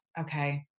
Okay